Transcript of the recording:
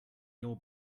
your